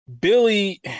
Billy